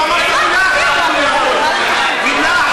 שלוש